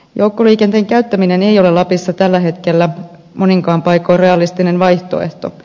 joukkoliikenteen käyttäminen ei ole lapissa tällä hetkellä moninkaan paikoin realistinen vaihtoehto